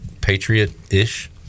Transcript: Patriot-ish